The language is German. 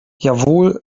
jawohl